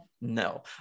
no